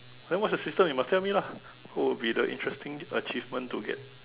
then what's the system you must tell me lah who will be the interesting achievement to get